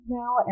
now